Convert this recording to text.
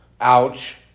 Ouch